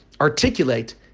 articulate